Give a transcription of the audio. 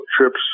trips